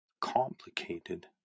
complicated